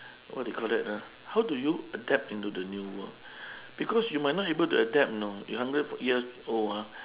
what do you call that ah how do you adapt into the new world because you might not able to adapt know you hundred years old ah